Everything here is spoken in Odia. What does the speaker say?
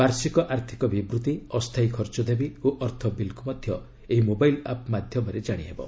ବାର୍ଷିକ ଆର୍ଥିକ ବିବୃତ୍ତି ଅସ୍ଥାୟୀ ଖର୍ଚ୍ଚ ଦାବି ଓ ଅର୍ଥ ବିଲ୍କୁ ମଧ୍ୟ ଏହି ମୋବାଇଲ୍ ଆପ୍ ମାଧ୍ୟମରେ ଜାଣିହେବ